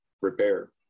repair